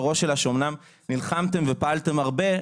אומנם נלחמתם ופעלתם הרבה,